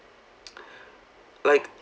like